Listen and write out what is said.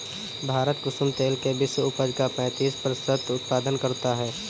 भारत कुसुम तेल के विश्व उपज का पैंतीस प्रतिशत उत्पादन करता है